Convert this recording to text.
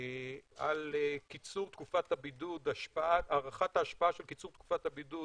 על הערכת ההשפעה של קיצור תקופת הבידוד